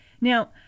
Now